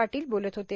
पाटील बोलत होते